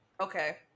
Okay